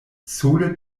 sole